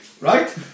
Right